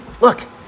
look